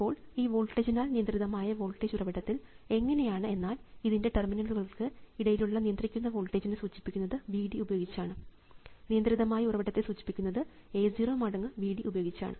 ഇപ്പോൾ ഈ വോൾട്ടേജിനാൽ നിയന്ത്രിതമായ വോൾട്ടേജ് ഉറവിടത്തിൽ എങ്ങനെയാണ് എന്നാൽ ഇതിൻറെ ടെർമിനലുകൾക്ക് ഇടയിലുള്ള നിയന്ത്രിക്കുന്ന വോൾട്ടേജിനെ സൂചിപ്പിക്കുന്നത് V d ഉപയോഗിച്ചാണ് നിയന്ത്രിതമായ ഉറവിടത്തെ സൂചിപ്പിക്കുന്നത് A 0 മടങ്ങ് V d ഉപയോഗിച്ചാണ്